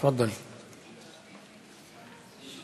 תפאדלי (אומר בערבית: